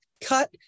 cut